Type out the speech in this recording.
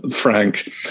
Frank